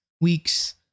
weeks